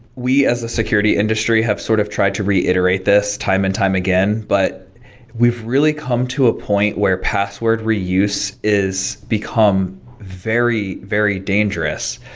we as a security industry have sort of tried to reiterate this time and time again, but we've really come to a point where password reuse is become very, very dangerous.